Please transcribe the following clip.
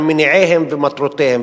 על מניעיהם ומטרותיהם,